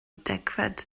degfed